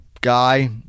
guy